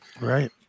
Right